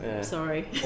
Sorry